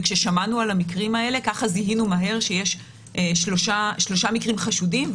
וכששמענו על המקרים האלה כך זיהינו מהר שיש שלושה מקרים חשודים,